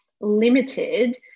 limited